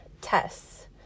tests